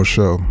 Show